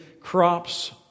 crops